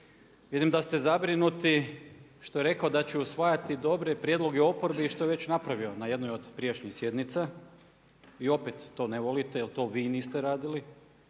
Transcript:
Vidim da ste zabrinuti što je rekao da će usvajati dobre prijedloge oporbi i što je već napravio na jednoj od prijašnjih sjednica i opet to ne volite jer to vi niste radili.